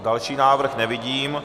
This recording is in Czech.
Další návrh nevidím.